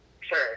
Sure